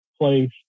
place